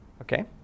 Okay